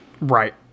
Right